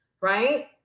Right